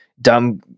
dumb